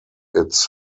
its